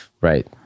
right